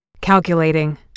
Calculating